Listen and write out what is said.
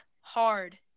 hard